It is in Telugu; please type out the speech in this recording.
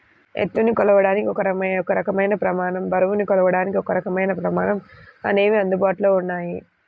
ఎత్తుని కొలవడానికి ఒక రకమైన ప్రమాణం, బరువుని కొలవడానికి ఒకరకమైన ప్రమాణం అనేవి అందుబాటులో ఉన్నాయి